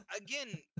Again